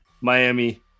Miami